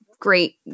great